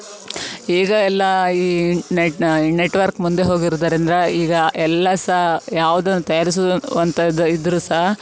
ಈಗ ಎಲ್ಲ ಈ ನೆಟ್ಟಿನ ನೆಟ್ವರ್ಕ್ ಮುಂದೆ ಹೋಗಿರುವುದರಿಂದ್ರ ಈಗ ಎಲ್ಲ ಸಹ ಯಾವ್ದನ್ನು ತಯಾರಿಸುವಂತದ್ದು ಇದ್ದರು ಸಹ